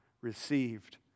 received